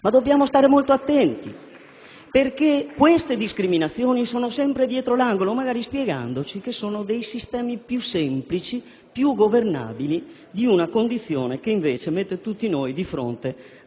bisogna stare molto attenti, perché queste discriminazioni sono sempre dietro l'angolo, magari perché ci si spiega che si vuole attuare sistemi più semplici, più governabili di una condizione che invece mette tutti noi di fronte